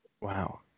Wow